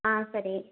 ஆ சரி